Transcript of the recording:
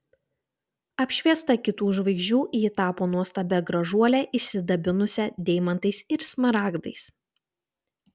apšviesta kitų žvaigždžių ji tapo nuostabia gražuole išsidabinusia deimantais ir smaragdais